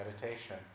meditation